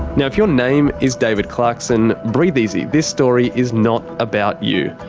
now if your name is david clarkson, breathe easy. this story is not about you.